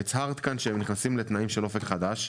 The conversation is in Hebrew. הצהרת כאן שהם נכנסים לתנאים של אופק חדש,